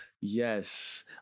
Yes